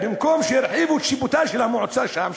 במקום שירחיבו את שטח שיפוטה של המועצה שם,